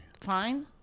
Fine